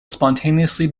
spontaneously